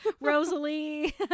Rosalie